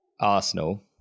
Arsenal